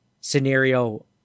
scenario